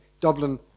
Dublin